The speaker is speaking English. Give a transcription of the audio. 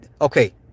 Okay